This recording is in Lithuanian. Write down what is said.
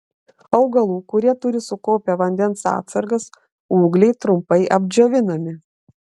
augalų kurie turi sukaupę vandens atsargas ūgliai trumpai apdžiovinami